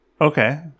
Okay